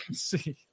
see